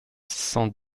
cent